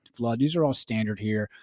flood, these are all standard here.